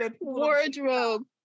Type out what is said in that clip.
Wardrobe